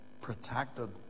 protected